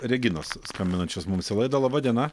reginos skambinančios mums į laidą laba diena